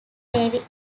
navy